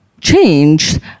changed